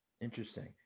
Interesting